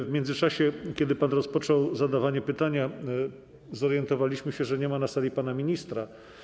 W międzyczasie, kiedy pan rozpoczął zadawanie pytania, zorientowaliśmy się, że nie ma na sali pana ministra.